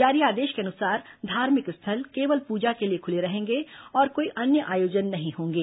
जारी आदेश के अनुसार धार्मिक स्थल केवल पूजा के लिए खुले रहेंगे और कोई अन्य आयोजन नहीं होंगे